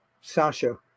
Sasha